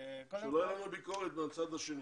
שלא יהיה לנו ביקורת בצד השני.